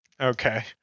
Okay